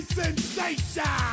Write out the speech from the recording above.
sensation